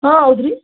ಹಾಂ ಹೌದು ರೀ